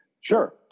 Sure